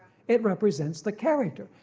it represents the character.